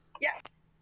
Yes